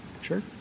Sure